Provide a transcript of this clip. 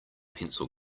pencil